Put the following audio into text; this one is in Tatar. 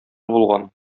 булган